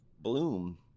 Bloom